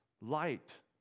light